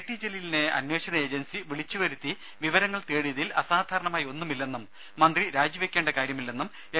T ജലീലിനെ അന്വേഷണ ഏജൻസി വിളിച്ചു വരുത്തി വിവരങ്ങൾ തേടിയതിൽ അസാധാരണമായി ഒന്നുമില്ലെന്നും മന്ത്രി രാജി വെക്കേണ്ട കാര്യമില്ലെന്നും എൽ